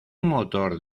motor